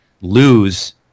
lose